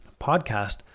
podcast